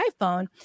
iPhone